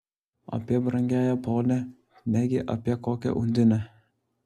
apie brangiąją ponią negi apie kokią undinę